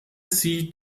sie